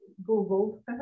Google